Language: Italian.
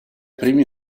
primi